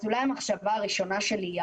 אז אולי המחשבה הראשונה שלי,